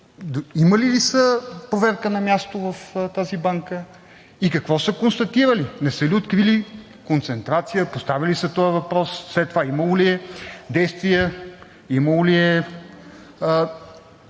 имали ли са проверка на място в тази банка и какво са констатирали? Не са ли открили концентрация? Поставяли ли са този въпрос? След това имало ли е действия, имало ли е